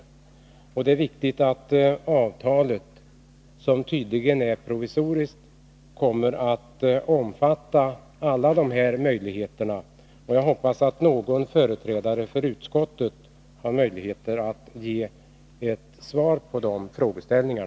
Det är viktigt att avtalet, som tydligen är provisoriskt, kommer att omfatta alla dessa möjligheter. Jag hoppas att någon företrädare för utskottet har möjlighet att ge svar på dessa frågor.